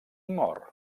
mor